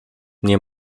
nie